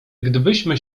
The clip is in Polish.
gdybyśmy